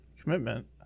commitment